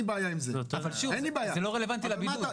אבל זה לא רלוונטי לבידוד.